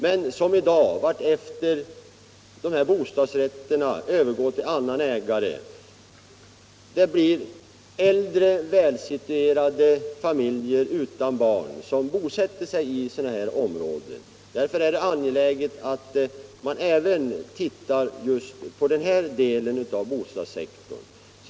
Men allteftersom bostadsrätterna övergår till annan ägare — äldre välsituerade familjer utan barn bosätter sig gärna i sådana områden — är det angeläget att vi även ser närmare på just den här delen av bostadssektorn.